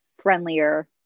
friendlier